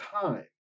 time